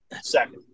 Second